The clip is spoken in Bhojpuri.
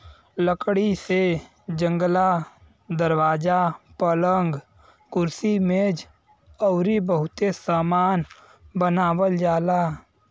लकड़ी से जंगला, दरवाजा, पलंग, कुर्सी मेज अउरी बहुते सामान बनावल जाला